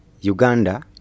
Uganda